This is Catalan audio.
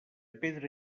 pedra